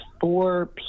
four